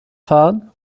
fahren